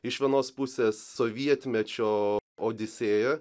iš vienos pusės sovietmečio odisėja